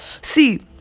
See